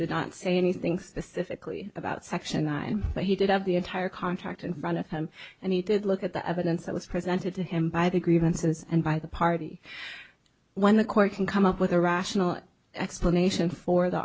did not say anything specifically about section nine but he did have the entire contract in front of him and he did look at the evidence that was presented to him by the grievances and by the party when the court can come up with a rational explanation for the